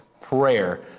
prayer